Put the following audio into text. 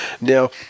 Now